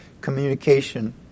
communication